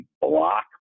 block